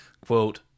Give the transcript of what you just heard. quote